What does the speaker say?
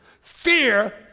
Fear